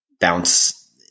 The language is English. bounce